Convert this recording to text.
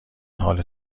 حال